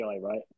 right